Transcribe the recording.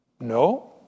No